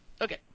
Okay